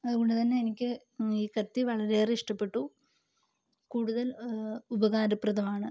അതുകൊണ്ടു തന്നെ എനിക്ക് ഈ കത്തി വളരെയേറെ ഇഷ്ടപ്പെട്ടു കൂടുതൽ ഉപകാര പ്രദമാണ്